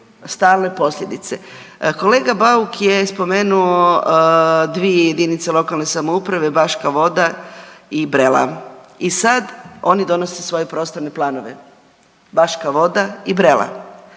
stalne posljedice. Kolega Bauk je spomenuo dvije JLS, Baška Voda i Brela. I sad oni donose svoje prostorne planove, Baška Voda i Brela.